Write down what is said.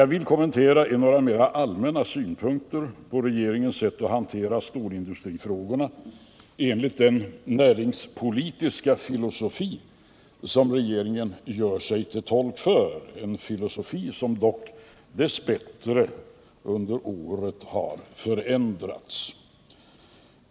Jag vill här framföra några allmänna synpunkter på regeringens sätt att hantera stålindustrifrågorna enligt den näringspolitiska filosofi som regeringen gör sig till tolk för, en filosofi som dock dess bättre under året har förändrats.